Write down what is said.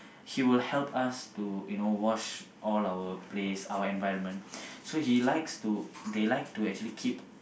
he will help us to you know wash all our place our environment so he likes to they like to actually keep